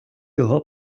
його